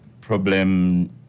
problem